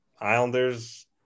Islanders